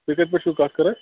تُہۍ کتہِ پٮ۪ٹھ چھُوکَتھ کَران